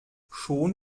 schon